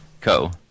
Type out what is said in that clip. Co